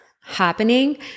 happening